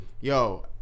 Yo